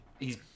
hes